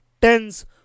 tens